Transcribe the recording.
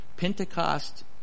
Pentecost